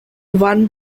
van